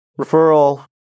Referral